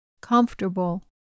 comfortable